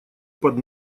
под